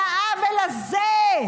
על העוול הזה,